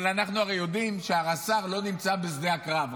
אבל אנחנו הרי יודעים שהרס"ר לא נמצא בשדה הקרב,